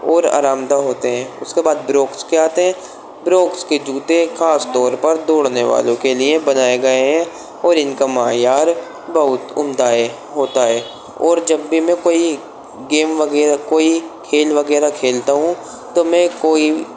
اور آرام دہ ہوتے ہیں اس کے بعد بروکس کے آتے ہیں بروکس کے جوتے خاص طور پر دوڑنے والوں کے لیے بنائے گئے ہیں اور ان کا معیار بہت عمدہ ہے ہوتا ہے اور جب بھی میں کوئی گیم وغیرہ کوئی کھیل وغیرہ کھیلتا ہوں تو میں کوئی